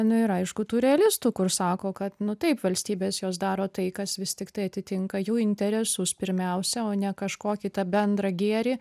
nu ir aišku tų realistų kur sako kad nu taip valstybės jos daro tai kas vis tiktai atitinka jų interesus pirmiausia o ne kažkokį tą bendrą gėrį